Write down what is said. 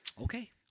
Okay